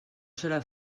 serà